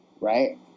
right